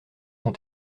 son